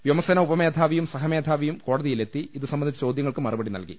വ്യോമസേന ഉപമേധാവിയും സഹമേധാവിയും കോടതിയിലെത്തി ഇത് സംബന്ധിച്ച ചോദ്യങ്ങൾക്ക് മറുപടി നൽകി